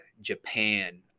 japan